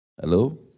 Hello